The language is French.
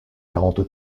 quarante